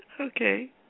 okay